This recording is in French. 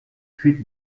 suites